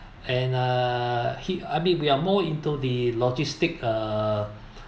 and uh he I mean we are more into the logistic uh